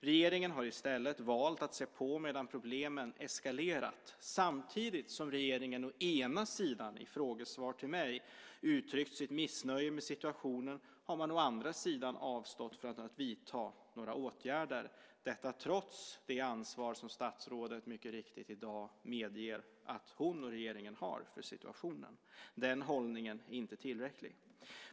Regeringen har i stället valt att se på medan problemen eskalerat. Samtidigt som regeringen å ena sidan i frågesvar till mig uttryckt sitt missnöje med situationen har man å andra sidan avstått från att vidta några åtgärder. Detta trots det ansvar som statsrådet mycket riktigt i dag medger att hon och regeringen har för situationen. Men den hållningen är inte tillräcklig.